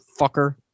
fucker